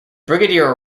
brigadier